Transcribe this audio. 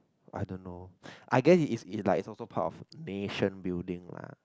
I don't know I guess is is like also part of nation building lah